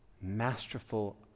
masterful